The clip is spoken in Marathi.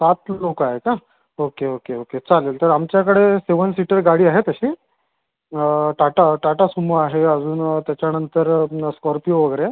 सात लोकं आहे का ओके ओके ओके चालेल तर आमच्याकडे सेव्हन सीटर गाडी आहे तशी टाटा टाटा सुमो आहे अजून त्याच्यानंतर स्कॉर्पियो वगैरे आहे